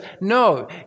no